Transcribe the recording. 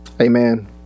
Amen